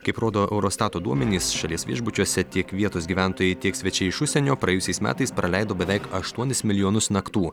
kaip rodo eurostato duomenys šalies viešbučiuose tiek vietos gyventojai tiek svečiai iš užsienio praėjusiais metais praleido beveik aštuonis milijonus naktų